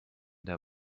der